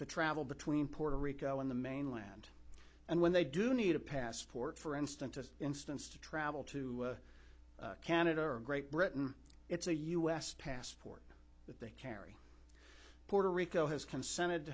to travel between puerto rico and the mainland and when they do need a passport for instant to instance to travel to canada or great britain it's a u s passport that they carry puerto rico has consented